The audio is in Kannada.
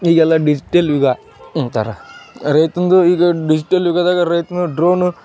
ಈಗೆಲ್ಲ ಡಿಜ್ಟಲ್ ಯುಗ ಅಂತಾರ ರೈತನದ್ದು ಈಗ ಡಿಜ್ಟಲ್ ಯುಗದಾಗ ರೈತನು ಡ್ರೋನು